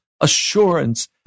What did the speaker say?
assurance